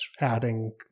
adding